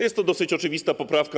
Jest to dosyć oczywista poprawka.